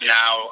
now